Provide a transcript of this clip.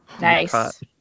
Nice